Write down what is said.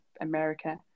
America